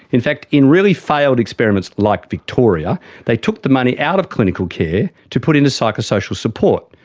in fact in really failed experiments like victoria they took the money out of clinical care to put into psychosocial support.